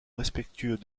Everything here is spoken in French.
respectueux